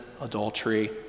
adultery